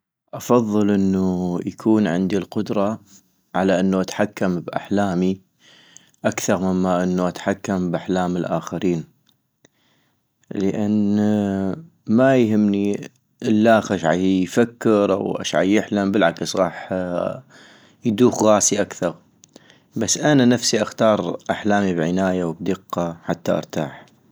افضل انو يكون عندي القدرة على انو اتحكم باحلامي اكثغ مما انو اتحكم باحلام الاخرين - لان ما يهمني الخ اش عيفكر أو اش عيحلم ، بالعكس غاح يدوخ غاسي اكثغ ، بس أنا نفسي اختار أحلامي بعناية وبدقة حتى ارتاح